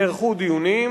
נערכו דיונים,